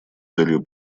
целью